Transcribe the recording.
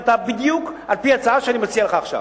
בדיוק על-פי ההצעה שאני מציע לך עכשיו.